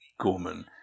Gorman